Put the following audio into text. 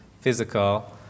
physical